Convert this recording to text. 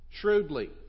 shrewdly